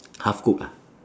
half cook ah